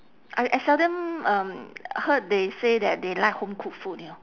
I I seldom um heard they say that they like home cooked food you know